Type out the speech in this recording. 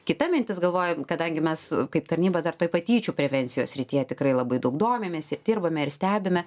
kita mintis galvojant kadangi mes kaip tarnyba dar toj patyčių prevencijos srityje tikrai labai daug domimės ir dirbame ir stebime